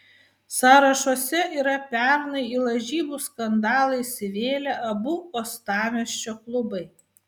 sąrašuose yra pernai į lažybų skandalą įsivėlę abu uostamiesčio klubai